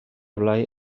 blai